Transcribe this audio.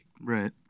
right